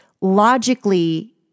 logically